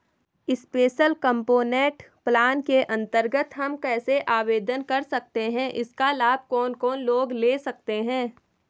Special component plan के अन्तर्गत हम कैसे आवेदन कर सकते हैं इसका लाभ कौन कौन लोग ले सकते हैं?